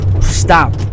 Stop